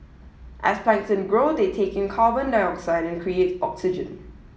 as plankton grow they take in carbon dioxide and create oxygen